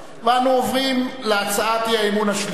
אנחנו עוברים להצעת האי-אמון השלישית,